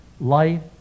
life